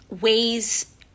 ways